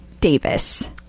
Davis